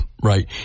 right